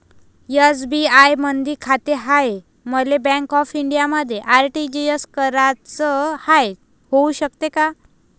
SBI मधी खाते हाय, मले बँक ऑफ इंडियामध्ये आर.टी.जी.एस कराच हाय, होऊ शकते का?